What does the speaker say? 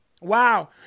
Wow